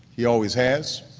he always has,